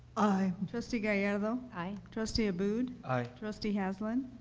aye. trustee gallardo? aye. trustee abboud? aye. trustee hasland?